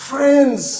Friends